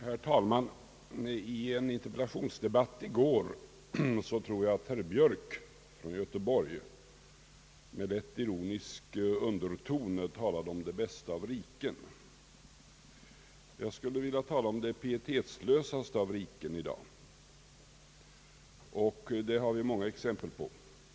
Herr talman! I en interpellationsdebatt i går tror jag att herr Björk från Göteborg med lätt ironisk underton talade om det bästa av riken. Jag skulle i dag vilja tala om det pietetslösaste av riken — vilket vi har många exempel på.